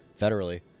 federally